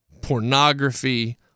pornography